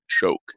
choke